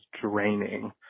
draining